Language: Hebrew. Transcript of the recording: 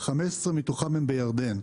15 מתוכם הם בירדן,